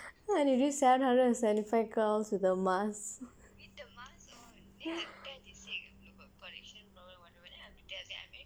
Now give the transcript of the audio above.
what you do seven hundred and seventy five calls with the mask